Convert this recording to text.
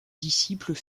disciples